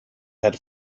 had